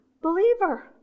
believer